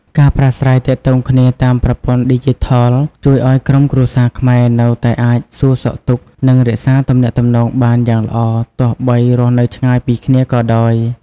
ការប្រាស្រ័យទាក់ទងគ្នាតាមប្រព័ន្ធឌីជីថលជួយឱ្យក្រុមគ្រួសារខ្មែរនៅតែអាចសួរសុខទុក្ខ និងរក្សាទំនាក់ទំនងបានយ៉ាងល្អទោះបីរស់នៅឆ្ងាយពីគ្នាក៏ដោយ។